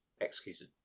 executed